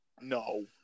No